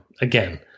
again